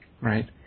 Right